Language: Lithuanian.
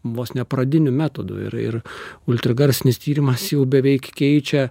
vos ne pradiniu metodu ir ir ultragarsinis tyrimas jau beveik keičia